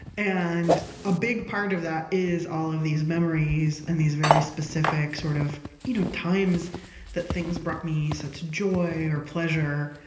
and a big part of that is all of these memories and these very specific sort of you know times that things brought me such joy or pleasure.